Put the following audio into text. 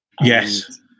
yes